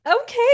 Okay